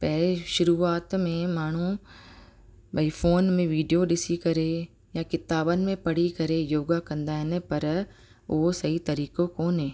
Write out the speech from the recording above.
पहिरें शुरूआत में माण्हू भाई फ़ोन में वीडियो ॾिसी करे या किताबनि में पढ़ी करे योगा कंदा आहिनि पर उहो सही तरीक़ो कोने